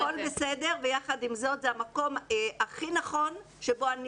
הכול בסדר ויחד עם זאת זה המקום הכי נכון שבו אני